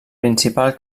principal